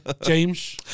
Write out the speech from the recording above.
James